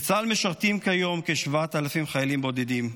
בצה"ל משרתים כיום כ-7,000 חיילים בודדים,